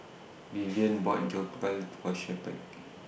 Viviana bought Jokbal For Shepherd